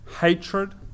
hatred